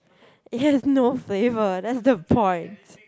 it has no flavour that's the point